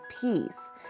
peace